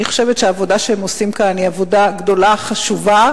אני חושבת שהעבודה שהם עושים כאן היא עבודה גדולה וחשובה.